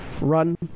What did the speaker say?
run